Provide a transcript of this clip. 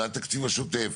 והתקציב השוטף,